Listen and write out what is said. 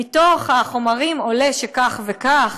מתוך החומרים עולה שכך וכך?